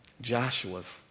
Joshua's